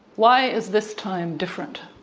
why is this time different?